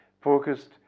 focused